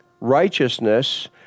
Righteousness